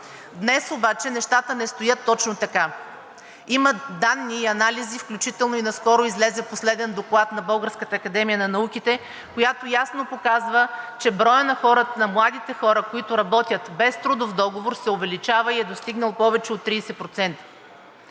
Днес обаче нещата не стоят точно така. Има данни и анализи, включително и наскоро излезе последният доклад на Българската академия на науките, който ясно показва, че броят на младите хора, които работят без трудов договор, се увеличава и е достигнал повече от 30%.